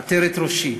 עטרת ראשי,